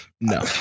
No